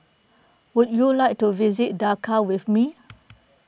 would you like to visit Dakar with me